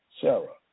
Sarah